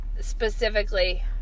specifically